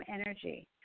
energy